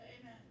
Amen